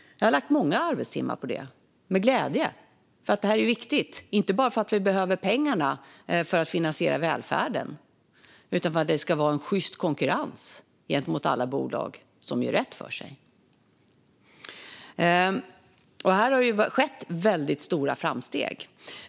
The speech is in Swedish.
Jag har lagt många arbetstimmar på det, och jag har gjort det med glädje. Detta är viktigt, inte bara för att vi behöver pengarna för att finansiera välfärden utan också för att det ska vara en sjyst konkurrens gentemot alla bolag som gör rätt för sig. Här har det skett väldigt stora framsteg.